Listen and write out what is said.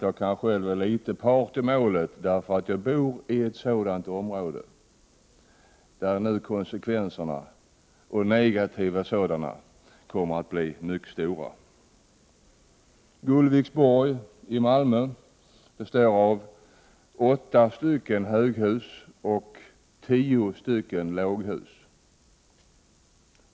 Jag är kanske själv litet part i målet, därför att jag bor i ett område där de negativa konsekvenserna kommer att bli mycket stora. Gullviksborg i Malmö består av åtta höghus och tio låghus.